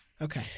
Okay